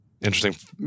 interesting